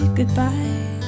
goodbye